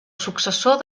successor